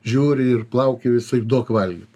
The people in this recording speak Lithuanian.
žiūri ir plaukioja visaip duok valgyt